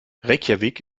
reykjavík